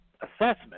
assessment